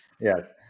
Yes